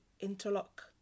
Interlock